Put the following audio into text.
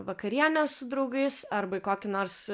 vakarienės su draugais arba į kokį nors